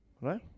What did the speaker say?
Right